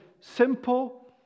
simple